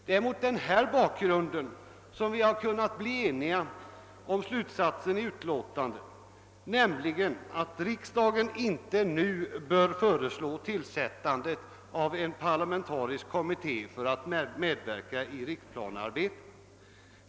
Det är mot den bakgrunden som vi i utskottet kunnat bli eniga om slutsatsen, att riksdagen inte nu bör föreslå tillsättandet av en parlamentarisk kommitté för att medverka i riksplanearbetet.